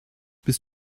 bist